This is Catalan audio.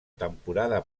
temporada